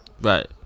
Right